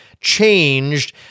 changed